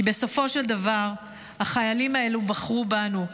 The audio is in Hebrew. כי בסופו של דבר החיילים האלו בחרו בנו.